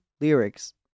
lyrics